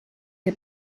che